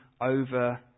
over